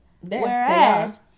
Whereas